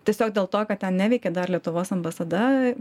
tiesiog dėl to kad ten neveikė dar lietuvos ambasada